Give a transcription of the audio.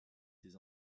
ses